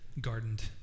gardened